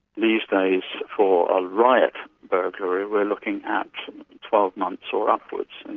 these days, for a riot burglary we're looking at twelve months or upwards. and